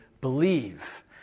believe